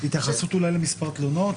התייחסות אולי למספר תלונות?